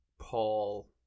Paul